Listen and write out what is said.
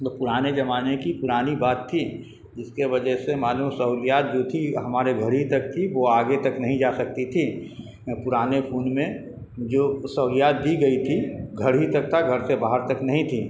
تو پرانے زمانے کی پرانی بات تھی جس کے وجہ سے معلوم سہولیات جو تھی ہمارے گھر ہی تک تھی وہ آگے تک نہیں جا سکتی تھی پرانے فون میں جو سہولیات دی گئی تھی گھر ہی تک تھا گھر سے باہر تک نہیں تھی